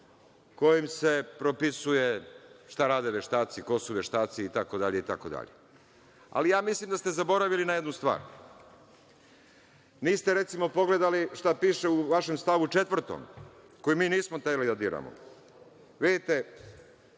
kojim se propisuje šta rade veštaci, ko su veštaci, itd, itd. Ali, ja mislim da ste zaboravili na jednu stvar. Recimo, niste pogledali šta piše u vašem stavu 4, koji mi nismo hteli da diramo. Vidite,